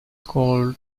called